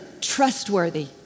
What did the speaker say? trustworthy